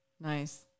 nice